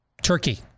Turkey